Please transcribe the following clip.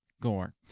gore